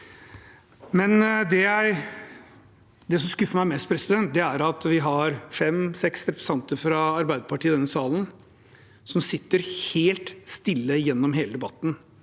Det som skuffer meg mest, er at vi har fem–seks representanter fra Arbeiderpartiet i denne salen som sitter helt stille gjennom hele debatten.